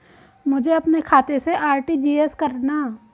मुझे अपने खाते से आर.टी.जी.एस करना?